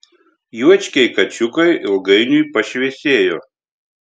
juočkiai kačiukai ilgainiui pašviesėjo